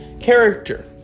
character